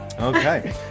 Okay